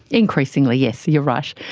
increasingly, yes, you're right.